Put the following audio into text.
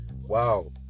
wow